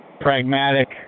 pragmatic